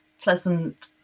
pleasant